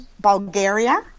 Bulgaria